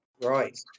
Right